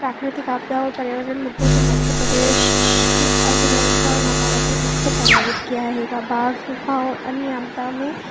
प्राकृतिक आपदा और पर्यावरण के मुद्दे की मध्य प्रदेश की अर्थव्यवस्था और नकारात्मक रूप से प्रभावित्त किया रहेगा बाढ़ सूखा अन्य आपदाओं में